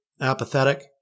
apathetic